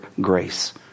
grace